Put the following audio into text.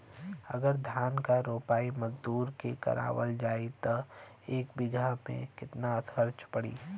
अगर धान क रोपाई मजदूर से करावल जाई त एक बिघा में कितना खर्च पड़ी?